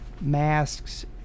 masks